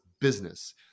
business